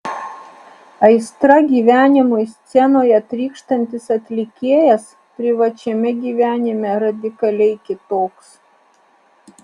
aistra gyvenimui scenoje trykštantis atlikėjas privačiame gyvenime radikaliai kitoks